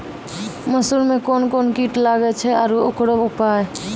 मसूर मे कोन कोन कीट लागेय छैय आरु उकरो उपाय?